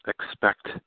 expect